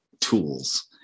tools